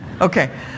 Okay